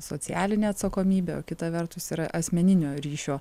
socialinę atsakomybę o kita vertus yra asmeninio ryšio